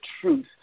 truth